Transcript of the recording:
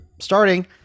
starting